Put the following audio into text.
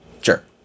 Sure